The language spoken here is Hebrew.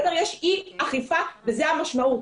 יש אי אכיפה וזאת המשמעות.